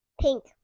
Pink